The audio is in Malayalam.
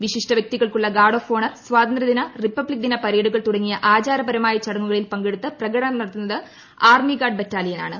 വിശിഷ്ട വൃക്തികൾക്കുള്ള ഗാർഡ് ഓഫ് ഓണർ സ്വാതന്ത്ര്യദിന റിപ്പബ്ലിക് ദിന പരേഡുകൾ തുടങ്ങിയ ആചാരപരമായ ചടങ്ങുകളിൽ പങ്കെടുത്ത് പ്രകടനം നടത്തുന്നത് ആർമി ഗാർഡ് ബെറ്റാലിയൻ ആണ്